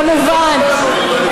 כמובן.